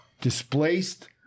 displaced